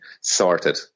sorted